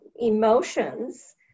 emotions